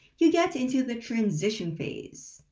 you get into the transition phase.